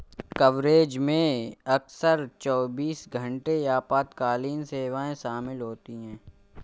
coverage में अक्सर चौबीस घंटे आपातकालीन सेवाएं शामिल होती हैं